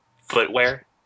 footwear